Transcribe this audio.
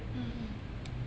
mm mm